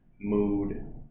mood